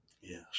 Yes